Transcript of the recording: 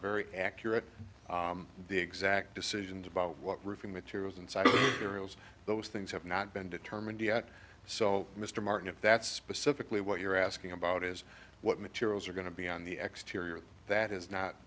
very accurate the exact decisions about what roofing materials inside ariel's those things have not been determined yet so mr martin if that's specifically what you're asking about is what materials are going to be on the exteriors that has not